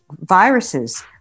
viruses